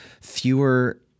fewer